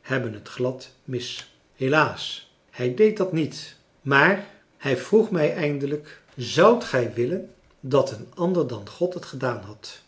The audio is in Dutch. hebben het glad mis helaas hij deed dat niet maar hij vroeg mij eindelijk zoudt gij willen dat een ander dan god het gedaan had